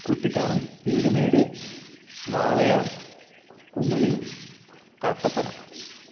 Kuttikkanam Peermade Walayar Kumily Kattappana